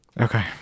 Okay